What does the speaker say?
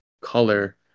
color